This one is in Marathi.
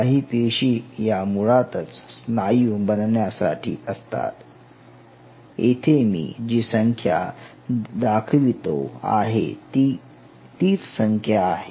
काही पेशी या मुळातच स्नायू बनण्यासाठी असतात येते मी जी संख्या दाखवितो आहे ती तीच संख्या आहे